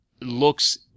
looks